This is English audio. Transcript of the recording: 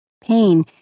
Pain